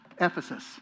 Ephesus